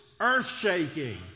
earth-shaking